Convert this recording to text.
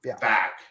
back